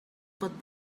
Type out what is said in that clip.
pot